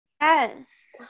Yes